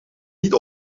niet